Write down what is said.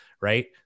right